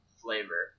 flavor